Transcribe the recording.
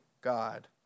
God